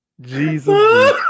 Jesus